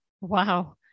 Wow